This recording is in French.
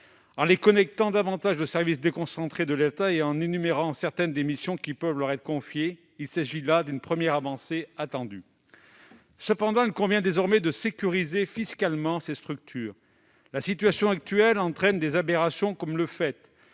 en les connectant davantage aux services déconcentrés de l'État et en énumérant certaines des missions qui peuvent leur être confiées. Il s'agit là d'une première avancée attendue. Cependant, il convient désormais de sécuriser fiscalement ces structures. La situation actuelle entraîne des aberrations, comme le fait